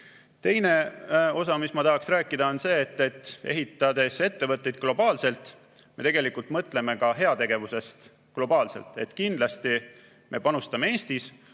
Teine osa, millest ma tahaksin rääkida, on see, et ehitades ettevõtteid globaalselt, me tegelikult mõtleme ka heategevusest globaalselt. Kindlasti me panustame Eestis,